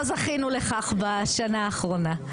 לא זכינו לכך בשנה האחרונה.